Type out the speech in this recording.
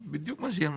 בדיוק מה שהיא אמרה.